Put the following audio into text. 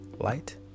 light